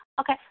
Okay